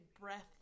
breath